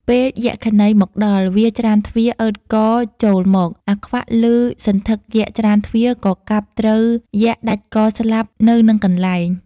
ពេលយក្ខិនីមកដល់ វាច្រានទ្វារអើតកចូលមក អាខ្វាក់ ឮសន្ធឹកយក្ខច្រានទ្វារ ក៏កាប់ត្រូវយក្ខដាច់កស្លាប់នៅនឹងកន្លែង។